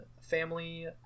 family